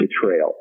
betrayal